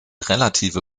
relative